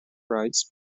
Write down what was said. rides